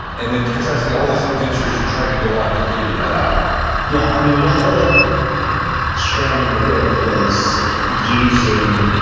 and then contrasted all these adventures you tried to go on to figure that out yeah, i mean, the other strand in the book was using,